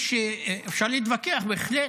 אפשר להתווכח בהחלט